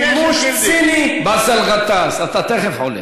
שימוש ציני, באסל גטאס, אתה תכף עולה.